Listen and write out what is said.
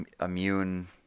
immune